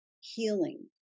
healing